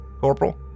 Corporal